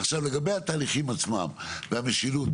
עכשיו לגבי התהליכים עצמם והמשילות,